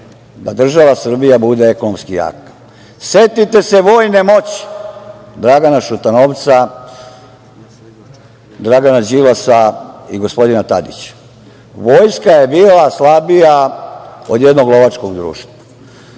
da država Srbija bude ekonomski jaka. Setite se vojne moći Dragana Šutanovca, Dragana Đilasa i gospodina Tadića. Vojska je bila slabija od jednog lovačkog društva.